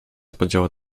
spodziewał